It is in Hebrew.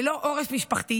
ללא עורף משפחתי